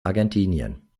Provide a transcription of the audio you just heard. argentinien